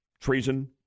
treason